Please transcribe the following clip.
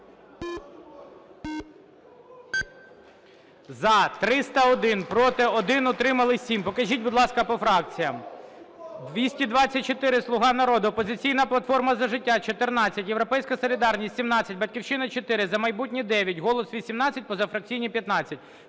За-301 Проти – 1, утримались – 7. Покажіть, будь ласка, по фракціям. 224 – "Слуга народу", "Опозиційна платформа - За життя" – 14, "Європейська солідарність" 17, "Батьківщина" – 4, "За майбутнє" – 9, "Голос" – 18, позафракційні – 15.